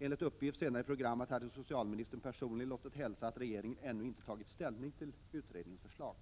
Enligt uppgift senare i programmet hade socialministern personligen låtit hälsa att regeringen ännu inte tagit ställning till utredningens förslag.